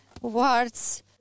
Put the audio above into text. words